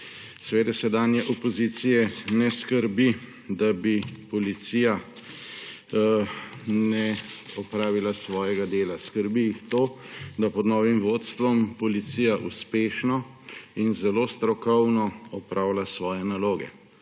Seveda sedanje opozicije ne skrbi, da policija ne bi opravila svojega dela. Skrbi jih to, da pod novim vodstvom policija uspešno in zelo strokovno opravlja svoje naloge.